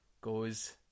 goes